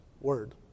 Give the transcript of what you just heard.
word